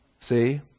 See